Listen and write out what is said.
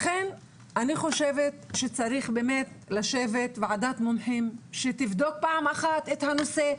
לכן אני חושבת שצריך באמת לשבת ועדת מומחים שתבדוק פעם אחת את הנושא,